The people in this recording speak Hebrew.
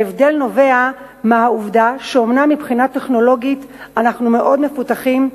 ההבדל נובע מהעובדה שאומנם מבחינה טכנולוגית אנחנו מאוד מפותחים,